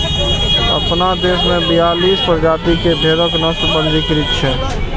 अपना देश मे बियालीस प्रजाति के भेड़क नस्ल पंजीकृत छै